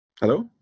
hello